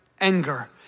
Anger